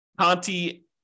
Conti